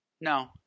No